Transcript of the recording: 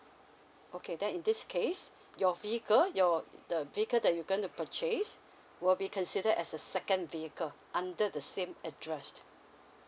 okay then in this case your vehicle your the vehicle that you going to purchase will be considered as a second vehicle under the same addressed